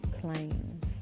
claims